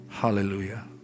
Hallelujah